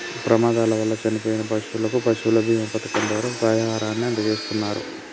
ప్రమాదాల వల్ల చనిపోయిన పశువులకు పశువుల బీమా పథకం ద్వారా పరిహారాన్ని అందజేస్తున్నరు